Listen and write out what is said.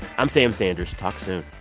i'm sam sanders. talk soon